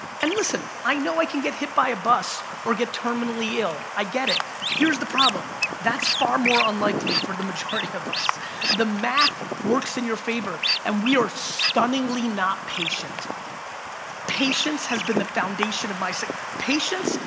and listen i know i can get hit by a bus or get terminally ill i get it here's the problem that's far more unlikely for the majority of us the math works in your favor and we are stunningly not patient patience has been the foundation of my success patience,